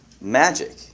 magic